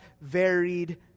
varied